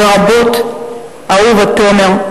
לרבות אהובה תומר,